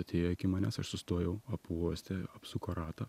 atėjo iki manęs aš sustojau apuostė apsuko ratą